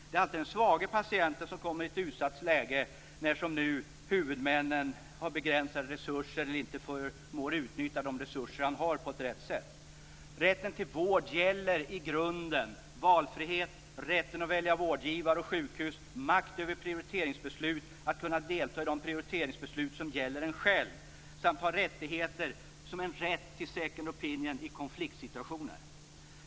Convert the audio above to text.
Det är alltid den svage patienten som kommer i ett utsatt läge när, som nu, huvudmännen har begränsade resurser eller inte förmår utnyttja de resurser de har på ett riktigt sätt. Rätten till vård gäller i grunden valfrihet, rätten att välja vårdgivare och sjukhus, makt över prioriteringsbeslut, att kunna delta i de prioriteringsbeslut som gäller en själv samt att ha rättigheter, som rätt till second opinion, i konfliktsituationer.